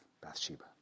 Bathsheba